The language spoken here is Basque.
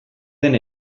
den